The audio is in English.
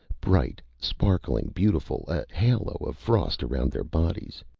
bright, sparkling, beautiful, a halo of frost around their bodies.